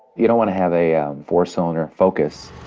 you don't want to have a four cylinder focus